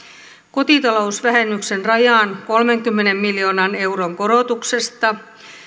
kotitalousvähennyksen rajan kolmenkymmenen miljoonan euron korotuksesta